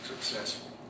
successful